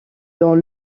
dans